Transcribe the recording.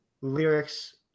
Lyrics